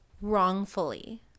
wrongfully